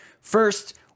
First